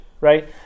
right